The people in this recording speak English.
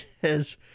says